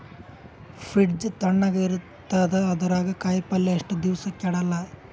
Fridge ತಣಗ ಇರತದ, ಅದರಾಗ ಕಾಯಿಪಲ್ಯ ಎಷ್ಟ ದಿವ್ಸ ಕೆಡಲ್ಲ?